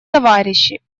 товарищи